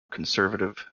conservative